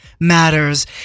matters